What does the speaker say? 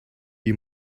you